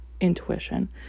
intuition